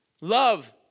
Love